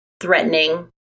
threatening